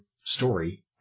story